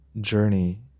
journey